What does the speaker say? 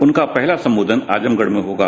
उनका पहला सम्बोधन आजमगढ़ में होगा